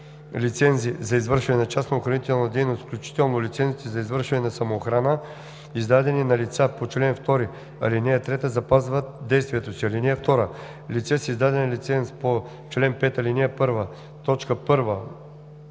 лицензи за извършване на частна охранителна дейност, включително лицензите за извършване на самоохрана, издадени на лица по чл. 2, ал. 3, запазват действието си. (2) Лице с издаден лиценз по чл. 5, ал. 1, т. 1,